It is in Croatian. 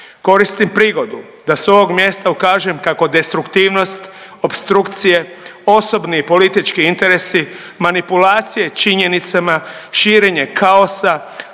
Koristim prigodu da s ovog mjesta ukažem kako destruktivnost, opstrukcije, osobni i politički interesi, manipulacije činjenicama, širenje kaosa,